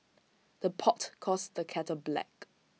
the pot calls the kettle black